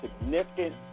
significant